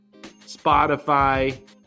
Spotify